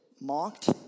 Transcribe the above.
mocked